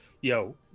Yo